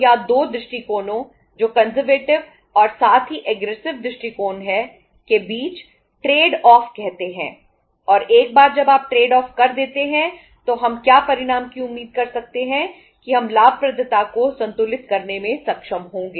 यानी कंजरवेटिव कर देते हैं तो हम क्या परिणाम की उम्मीद कर सकते है कि हम लाभप्रदता को संतुलित करने में सक्षम होंगे